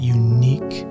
unique